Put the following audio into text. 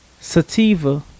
Sativa